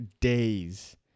days